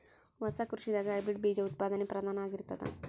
ಹೊಸ ಕೃಷಿದಾಗ ಹೈಬ್ರಿಡ್ ಬೀಜ ಉತ್ಪಾದನೆ ಪ್ರಧಾನ ಆಗಿರತದ